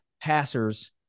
passers